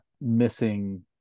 missing